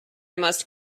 must